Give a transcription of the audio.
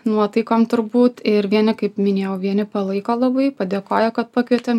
nuotaikom turbūt ir vieni kaip minėjau vieni palaiko labai padėkoja kad pakvietėm